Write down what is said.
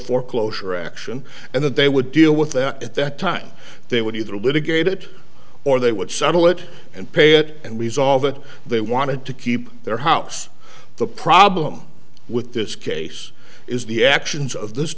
foreclosure action and that they would deal with that at that time they would either litigate it or they would settle it and pay it and resolve it they wanted to keep their house the problem with this case is the actions of this